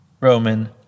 Roman